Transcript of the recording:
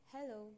Hello